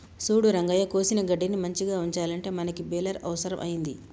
సూడు రంగయ్య కోసిన గడ్డిని మంచిగ ఉంచాలంటే మనకి బెలర్ అవుసరం అయింది